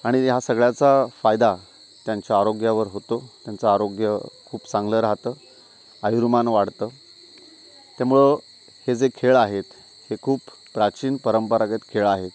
आणि ह्या सगळ्याचा फायदा त्यांच्या आरोग्यावर होतो त्यांचं आरोग्य खूप चांगलं राहतं आयुर्मान वाढतं त्यामुळं हे जे खेळ आहेत हे खूप प्राचीन परंपरागत खेळ आहेत